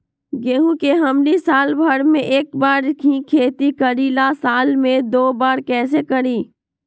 गेंहू के हमनी साल भर मे एक बार ही खेती करीला साल में दो बार कैसे करी?